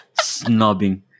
Snobbing